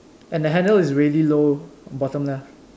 and the handle is really low bottom left